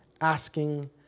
asking